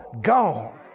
gone